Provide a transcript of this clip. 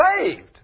saved